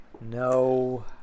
No